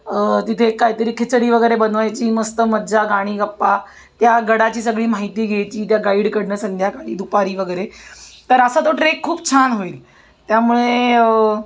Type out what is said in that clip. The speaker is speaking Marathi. तिथे काहीतरी खिचडी वगैरे बनवायची मस्त मज्जा गाणी गप्पा त्या गडाची सगळी माहिती घ्यायची त्या गाईडकडनं संध्याकाळी दुपारी वगैरे तर असा तो ट्रेक खूप छान होईल त्यामुळे